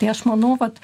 tai aš manau vat